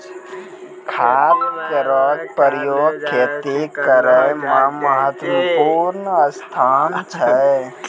खाद केरो प्रयोग खेती करै म महत्त्वपूर्ण स्थान छै